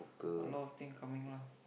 a lot of thing coming lah